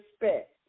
respect